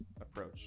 approach